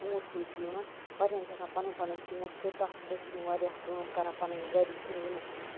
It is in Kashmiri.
ژونٹۍ کُلۍ چھِ یِمَن واریاہَن چھِ آسان پَننۍ پنٕنۍ ژوٗنٹۍ کُلۍ تتھ سۭتۍ چھِ یِم واریاہ کٲم کَران پَننۍ گَرٕچۍ یہِ